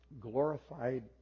glorified